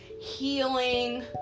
healing